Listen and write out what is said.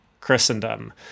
Christendom